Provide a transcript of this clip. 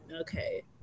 Okay